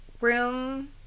room